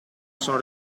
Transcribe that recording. sono